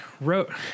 wrote